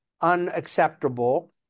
unacceptable